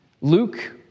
Luke